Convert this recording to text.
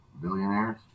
billionaires